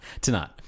Tonight